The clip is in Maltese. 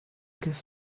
kif